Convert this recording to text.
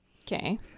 Okay